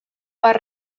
per